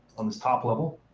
on this top level.